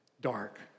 dark